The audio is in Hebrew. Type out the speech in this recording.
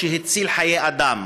שהצילה חיי אדם.